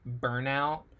burnout